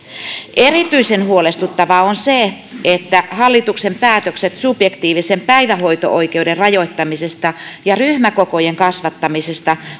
erityisen huolestuttavaa on se että hallituksen päätökset subjektiivisen päivähoito oikeuden rajoittamisesta ja ryhmäkokojen kasvattamisesta